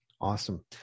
Awesome